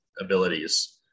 abilities